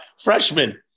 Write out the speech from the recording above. freshman